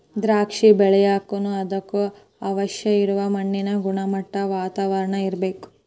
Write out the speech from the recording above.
ದ್ರಾಕ್ಷಿ ಬೆಳಿಯಾಕನು ಅದಕ್ಕ ಅವಶ್ಯ ಇರು ಮಣ್ಣಿನ ಗುಣಮಟ್ಟಾ, ವಾತಾವರಣಾ ಇರ್ಬೇಕ